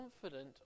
confident